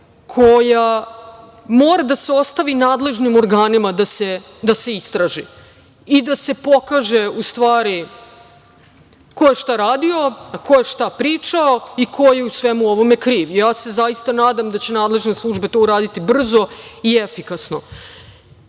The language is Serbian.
koja mora da se ostavi nadležnim organima da se istraži i da se pokaže u stvari ko je šta radio, ko je šta pričao i ko je u svemu ovome kriv. Zaista se nadam da će nadležne službe uraditi to brzo i efikasno.